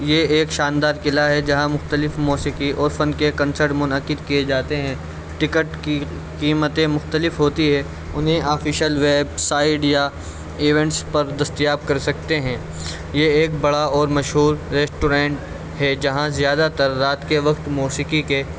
یہ ایک شاندار قلع ہے جہاں مختلف موسیقی اور فن کے کنسرٹ منعقد کیے جاتے ہیں ٹکٹ کی قیمتیں مختلف ہوتی ہے انہیں آفیشل ویبسائڈ یا ایونٹس پر دستیاب کر سکتے ہیں یہ ایک بڑا اور مشہور ریسٹورن ہے جہاں زیادہ تر رات کے وقت موسیقی کے